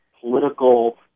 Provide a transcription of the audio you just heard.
political